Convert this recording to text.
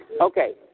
Okay